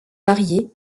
mariée